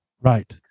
Right